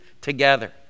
together